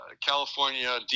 California